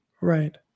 right